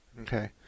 Okay